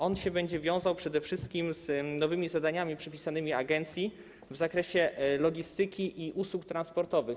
On się będzie wiązał przede wszystkim z nowymi zadaniami przypisanymi agencji w zakresie logistyki i usług transportowych.